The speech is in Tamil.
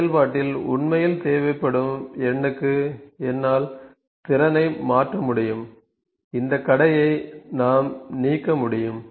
செயல்பாட்டில் உண்மையில் தேவைப்படும் எண்ணுக்கு என்னால் திறனை மாற்ற முடியும் இந்த கடையை நாம் நீக்க முடியும்